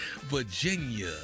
Virginia